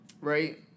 right